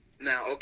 Now